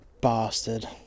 bastard